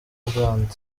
zealand